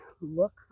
look